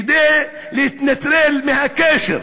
כדי להתנטרל מהקשר,